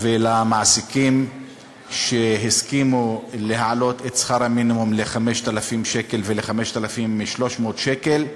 ולמעסיקים שהסכימו להעלות את שכר המינימום ל-5,000 שקל ול-5,300 שקל.